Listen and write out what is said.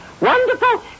Wonderful